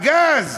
הגז,